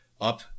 up